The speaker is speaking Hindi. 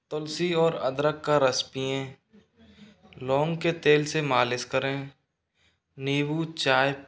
तुलसी और अदरक का रस पियें लौंग के तेल से मालिश करें नीबू चाय